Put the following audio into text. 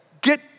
get